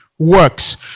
works